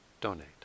donate